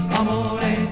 amore